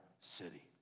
city